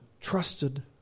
trusted